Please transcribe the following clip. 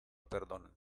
perdonan